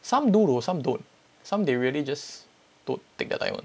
some do though some don't some they really just take their time [one]